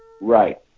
Right